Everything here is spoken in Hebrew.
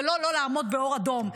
ולא לא לעמוד באור אדום.